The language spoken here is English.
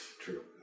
True